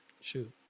shoot